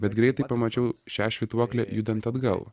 bet greitai pamačiau šią švytuoklę judant atgal